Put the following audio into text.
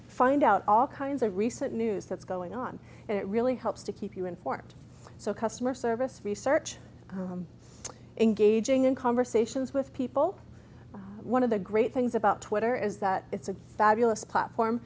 find out all kinds of recent news that's going on and it really helps to keep you informed so customer service research engaging in conversations with people one of the great things about twitter is that it's a fabulous platform